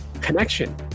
connection